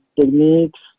techniques